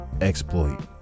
exploit